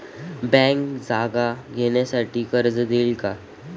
Bank जागा घेण्यासाठी कर्ज देईल का?